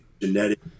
genetic